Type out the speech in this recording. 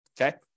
Okay